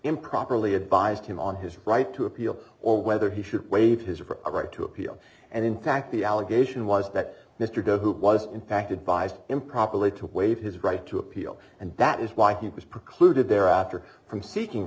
improperly advised him on his right to appeal or whether he should waive his right to appeal and in fact the allegation was that mr dunn who was in fact advised improperly to waive his right to appeal and that is why he was precluded thereafter from seeking